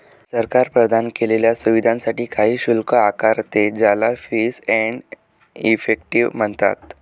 सरकार प्रदान केलेल्या सुविधांसाठी काही शुल्क आकारते, ज्याला फीस एंड इफेक्टिव म्हणतात